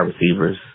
receivers